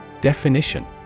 Definition